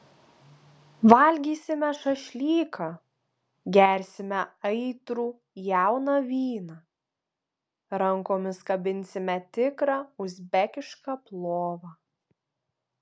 valgysime šašlyką gersime aitrų jauną vyną rankomis kabinsime tikrą uzbekišką plovą